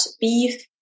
beef